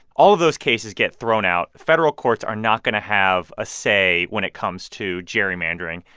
all of those cases get thrown out. federal courts are not going to have ah say when it comes to gerrymandering.